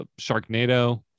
sharknado